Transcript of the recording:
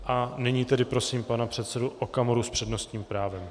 A nyní tedy prosím pana předsedu Okamuru s přednostním právem.